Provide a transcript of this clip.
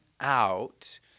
out